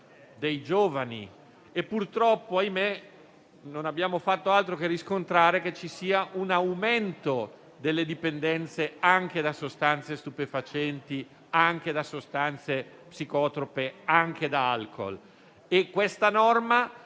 dei giovani. Purtroppo, non abbiamo fatto altro che riscontrare come ci sia un aumento delle dipendenze anche da sostanze stupefacenti, da sostanze psicotrope, da alcol. Questa norma